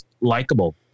likable